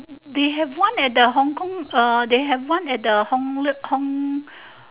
they have one at the hong-kong uh they have one at the hong-kong